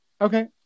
Okay